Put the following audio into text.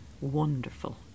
wonderful